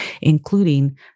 including